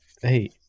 Hey